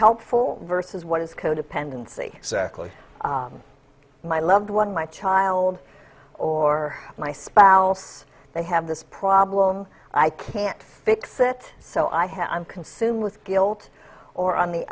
helpful versus what is codependency exactly my loved one my child or my spouse they have this problem i can't fix it so i have i'm consumed with guilt or on the